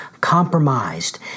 compromised